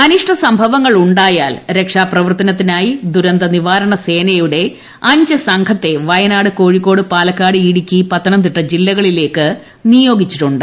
അനിഷ്ട സംഭവ്വങ്ങൾ ഉണ്ടായാൽ രക്ഷാപ്രവർത്തനത്തിനായിീ ദുരന്ത നിവാരണ സേനയുടെ അഞ്ച് സംഘത്തെ വയനാട് കോഴിക്കോട് പാലക്കാട് ഇടുക്കി പത്തനംതിട്ട ജില്ലകളിലേക്ക് നിയോഗിച്ചിട്ടുണ്ട്